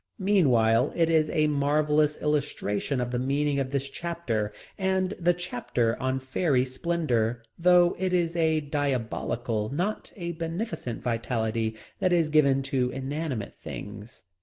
meanwhile it is a marvellous illustration of the meaning of this chapter and the chapter on fairy splendor, though it is a diabolical not a beneficent vitality that is given to inanimate things.